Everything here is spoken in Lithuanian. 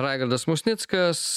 raigardas musnickas